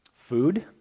Food